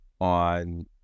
on